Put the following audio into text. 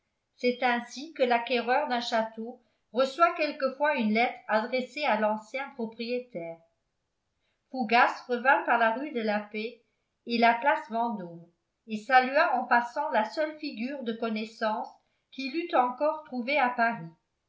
c'est ainsi que l'acquéreur d'un château reçoit quelquefois une lettre adressée à l'ancien propriétaire fougas revint par la rue de la paix et la place vendôme et salua en passant la seule figure de connaissance qu'il eût encore trouvée à paris